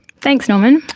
thanks norman.